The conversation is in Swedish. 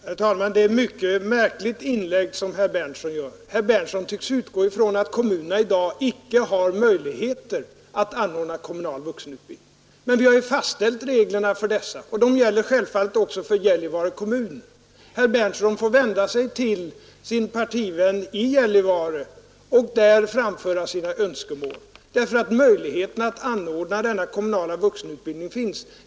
Herr talman! Det är ett mycket märkligt inlägg som herr Berndtson i Linköping gör. Herr Berndtson tycks utgå från att kommunerna i dag icke har möjligheter att anordna kommunal vuxenutbildning. Men vi har ju fastställt reglerna för detta, och dessa regler gäller självfallet också för Gällivare kommun. Herr Berndtson får vända sig till sin partivän i skolstyrelsen i Gällivare och där framföra sina önskemål, därför att möjligheterna att anordna denna kommunala vuxenutbildning finns.